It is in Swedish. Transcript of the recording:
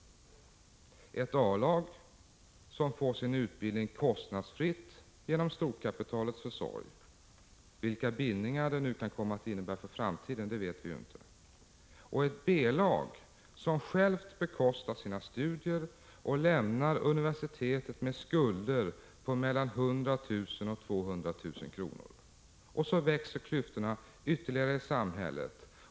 1985/86:130 Ett A-lag, som får sin utbildning kostnadsfritt genom storkapitalets försorg 29 april 1986 —- vilka bindningar det nu kan komma att innebära för framtiden vet vi inte. Och ett B-lag, som självt bekostar sina studier och lämnar universitetet med skulder på mellan 100 000 och 200 000 kr. Så växer klyftorna ytterligare i” samhället.